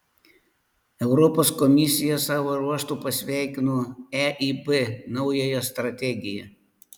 europos komisija savo ruožtu pasveikino eib naująją strategiją